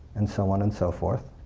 and so on, and so forth.